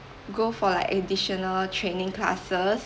go for like additional training classes